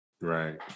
Right